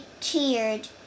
cheered